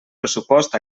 pressupost